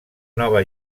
nova